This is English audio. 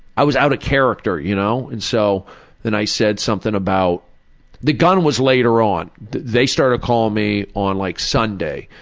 i was out of character, you know. and so then i said about the gun was later on. they started calling me on like sunday,